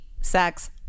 sex